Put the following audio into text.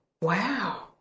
wow